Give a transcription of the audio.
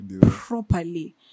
properly